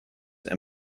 and